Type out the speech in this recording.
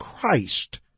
Christ